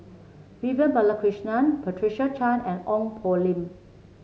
Vivian Balakrishnan Patricia Chan and Ong Poh Lim